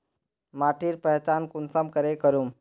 माटिर पहचान कुंसम करे करूम?